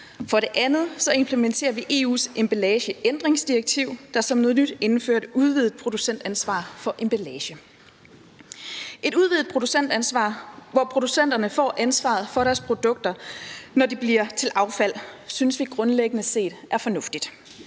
For det andet implementerer vi EU's emballageændringsdirektiv, der som noget nyt indfører et udvidet producentansvar for emballage. Et udvidet producentansvar, hvor producenterne får ansvaret for deres produkter, når de bliver til affald, synes vi grundlæggende set er fornuftigt.